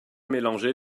mélanger